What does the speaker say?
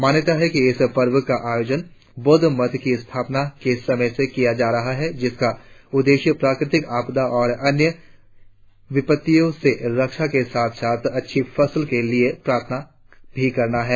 मान्यता है कि इस पर्व का आयोजन बौद्ध मठ की स्थापना के समय से किया जा रहा है जिसका उद्देश्य प्राकृतिक आपदा और अन्य विपत्तियों से रक्षा के साथ साथ अच्छी फसल के लिए प्रार्थना करना भी है